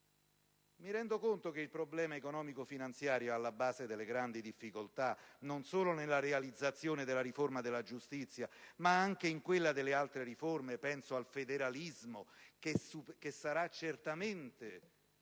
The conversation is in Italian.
Mi rendo conto che il problema economico - finanziario è alla base delle grandi difficoltà non solo nella realizzazione della riforma della giustizia ma anche delle altre riforme. Penso al federalismo, che sarà certamente